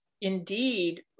indeed